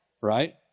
right